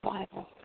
Bible